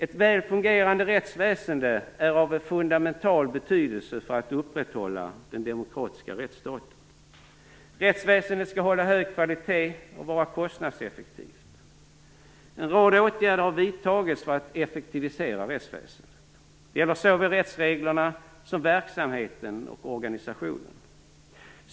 Ett väl fungerande rättsväsende är av fundamental betydelse för att upprätthålla den demokratiska rättsstaten. Rättsväsendet skall hålla hög kvalitet och vara kostnadseffektivt. En rad åtgärder har vidtagits för att effektivisera rättsväsendet. Det gäller såväl rättsreglerna som verksamheten och organisationen.